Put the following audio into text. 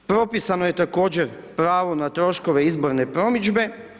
Propisano je također pravo na troškove izborne promidžbe.